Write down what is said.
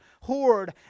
hoard